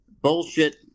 Bullshit